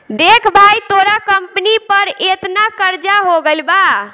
देख भाई तोरा कंपनी पर एतना कर्जा हो गइल बा